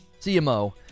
CMO